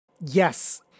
Yes